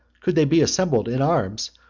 could they be assembled in arms,